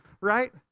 right